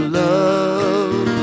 love